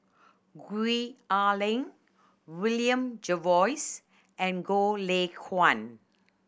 Gwee Ah Leng William Jervois and Goh Lay Kuan